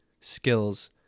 skills